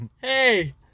Hey